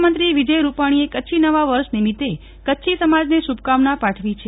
મુખ્યમંત્રી વિજય રૂપાશીએ કચ્છી નવા વર્ષ નિમિત્તે કચ્છી સમાજને શુભકામના પાઠવી છે